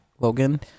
Logan